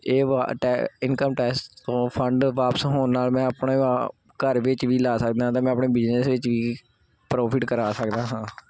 ਇਹ ਵ tax income ਟੈਸਟ ਤੋਂ ਫੰਡ ਵਾਪਸ ਹੋਣ ਨਾਲ ਮੈਂ ਆਪਣੇ ਆ ਘਰ ਵਿੱਚ ਵੀ ਲਾ ਸਕਦਾ ਅਤੇ ਮੈਂ ਆਪਣੇ ਬਿਜਨਸ ਵਿੱਚ ਵੀ ਪ੍ਰੋਫਿਟ ਕਰ ਸਕਦਾ ਹਾਂ